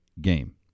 game